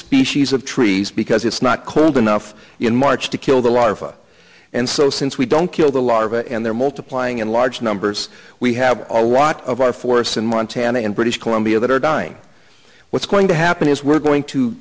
species of trees because it's not close enough in march to kill the larva and so since we don't kill the larva and they're multiplying in large numbers we have a lot of our forests in montana and british columbia that are dying what's going to happen is we're going to